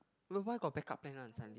why got backup plan one suddenly